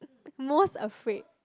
most afraid